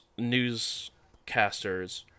newscasters